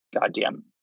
goddamn